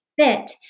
fit